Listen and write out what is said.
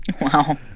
Wow